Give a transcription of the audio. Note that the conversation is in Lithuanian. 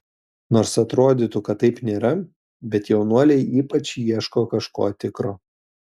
nors atrodytų kad taip nėra bet jaunuoliai ypač ieško kažko tikro